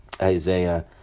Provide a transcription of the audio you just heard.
Isaiah